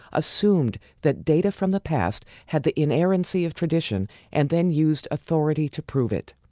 assumed that data from the past had the inerrancy of tradition and then used authority to prove it.